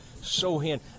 Sohan